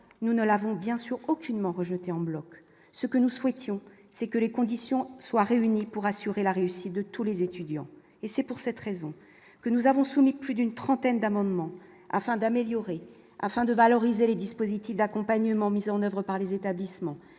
nous ne l'avons bien sûr aucunement rejeter en bloc ce que nous souhaitions, c'est que les conditions soient réunies pour assurer la réussite de tous les étudiants, et c'est pour cette raison que nous avons soumis plus d'une trentaine d'amendements afin d'améliorer afin de valoriser les dispositifs d'accompagnement mis en oeuvre par les établissements